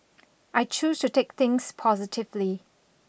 I choose to take things positively